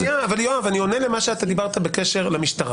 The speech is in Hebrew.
אני עונה למה שאמרת בקשר למשטרה.